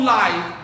life